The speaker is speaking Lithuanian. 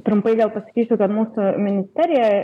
trumpai gal pasakysiu kad mūsų ministerija